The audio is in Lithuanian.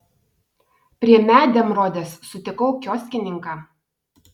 prie medemrodės sutikau kioskininką